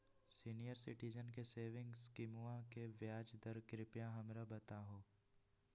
senior citizen के saving स्कीमवा के ब्याज दर कृपया हमरा बताहो